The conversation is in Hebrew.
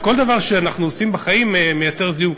כל דבר שאנחנו עושים בחיים מייצר זיהום,